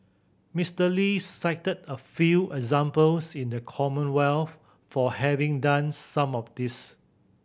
Mister Lee cited a few examples in the Commonwealth for having done some of this